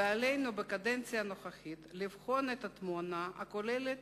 ובקדנציה הנוכחית עלינו לבחון את התמונה הכוללת